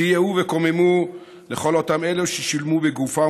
סייעו וקוממו לכל אותם אלו ששילמו בגופם